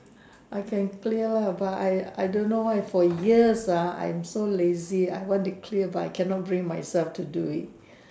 I can clear ah but I I don't know why for years ah I am so lazy I want to clear but I cannot bring myself to do it